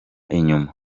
inyuma